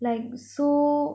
like so